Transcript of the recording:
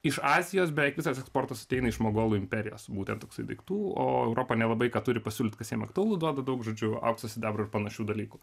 iš azijos beveik visas eksportas ateina iš mogolų imperijos būtent toksai daiktų o europa nelabai ką turi pasiūlyt kas jiems aktualu duodu daug žodžiu aukso sidabro ir panašių dalykų